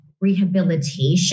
rehabilitation